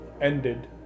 ended